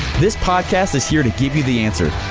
this podcast is here to give you the answer.